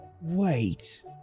Wait